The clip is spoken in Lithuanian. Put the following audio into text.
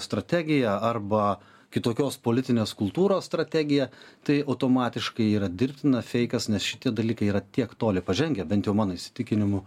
strategiją arba kitokios politinės kultūros strategiją tai automatiškai yra dirbtina feikas nes šiti dalykai yra tiek toli pažengę bent jau mano įsitikinimu